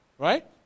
Right